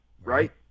Right